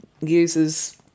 uses